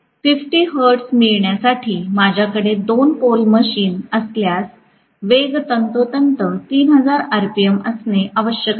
50 hertz मिळविण्यासाठी माझ्याकडे 2 pole machine असल्यास वेग तंतोतंत 3000 आरपीएम असणे आवश्यक आहे